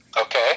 Okay